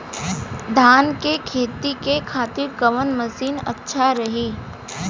धान के खेती के खातिर कवन मशीन अच्छा रही?